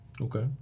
Okay